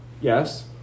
yes